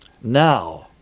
Now